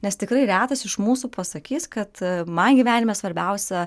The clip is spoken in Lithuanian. nes tikrai retas iš mūsų pasakys kad man gyvenime svarbiausia